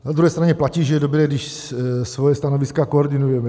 Na druhé straně platí, že je dobré, když svoje stanoviska koordinujeme.